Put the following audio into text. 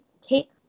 take